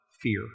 fear